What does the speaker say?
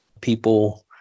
people